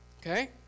okay